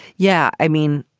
yeah. i mean,